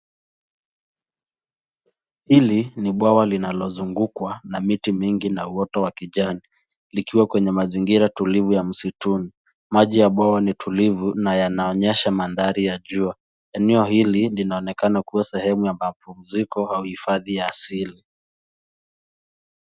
Hili ni bwawa linalozugukwa na miti mingi na uhoto wa kijani likiwa kwenye mazingira tulivu ya msituni. Maji ya bwawa ni tulivu na yanaonyesha mandhari ya jua. Eneo hili linaonekana kuwa sehemu ya mapumziko au hifadhi ya asili.